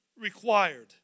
required